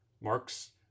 Mark's